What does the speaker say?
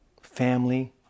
family